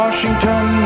Washington